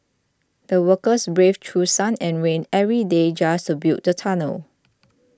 the workers braved through sun and rain every day just to build the tunnel